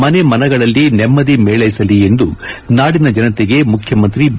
ಮನೆ ಮನಗಳಲ್ಲಿ ನೆಮ್ನದಿ ಮೇಳ್ಳೆಸಲಿ ಎಂದು ನಾಡಿನ ಜನತೆಗೆ ಮುಖ್ಯಮಂತ್ರಿ ಬಿ